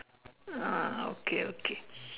ah okay okay